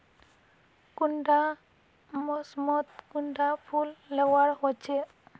कुंडा मोसमोत कुंडा फुल लगवार होछै?